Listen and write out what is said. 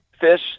fish